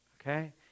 Okay